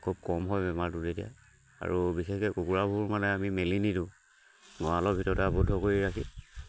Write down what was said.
খুব কম হয় বেমাৰটোত তেতিয়া আৰু বিশেষকৈ কুকুৰাবোৰ মানে আমি মেলি নিদিওঁ গঁৰালৰ ভিতৰতে আবদ্ধ কৰি ৰাখি